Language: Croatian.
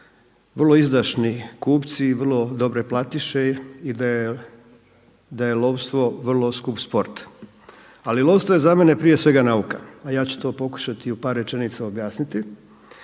vrlo izdašni kupci i vrlo dobre platiše i da je lovstvo vrlo skup sport. Ali lovstvo je za mene prije svega nauka, a ja ću to pokušati u par rečenica objasniti.